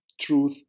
truth